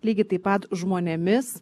lygiai taip pat žmonėmis